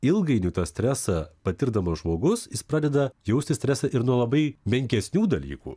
ilgainiui tą stresą patirdamas žmogus jis pradeda jausti stresą ir nuo labai menkesnių dalykų